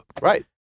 Right